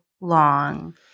long